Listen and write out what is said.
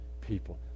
people